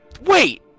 Wait